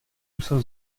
musel